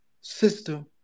system